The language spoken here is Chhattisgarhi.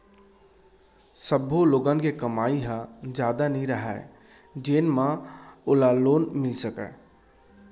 सब्बो लोगन के कमई ह जादा नइ रहय जेन म ओला लोन मिल सकय